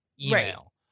email